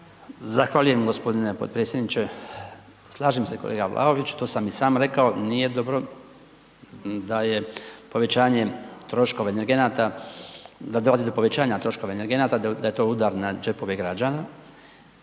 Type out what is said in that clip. Zahvaljujem g. potpredsjedniče. Slažem se kolega Vlaović, to sam i sam rekao, nije dobro da je povećanje troškova energenata, da dolazi do povećanja